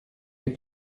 les